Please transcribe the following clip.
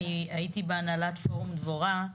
אני הייתי בהנהלת פורום דבורה,